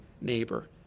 neighbor